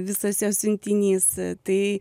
visas jos siuntinys tai